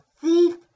thief